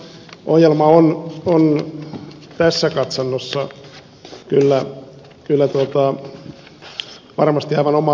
tuottavuusohjelma on tässä katsannossa kyllä varmasti aivan oma lukunsa